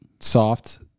Soft